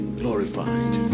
glorified